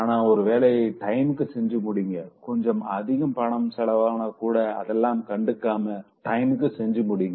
ஆனா ஒரு வேலையை டைமுக்கு செஞ்சு முடிங்ககொஞ்சம் அதிகமா பணம் செலவான கூட அதெல்லாம் கண்டுக்காம உங்களுக்கு கொடுத்த வேலையை டைமுக்கு செஞ்சு முடிங்க